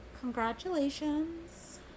Congratulations